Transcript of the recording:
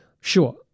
Sure